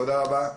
תודה רבה.